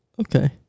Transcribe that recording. Okay